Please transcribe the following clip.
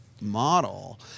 model